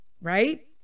right